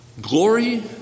glory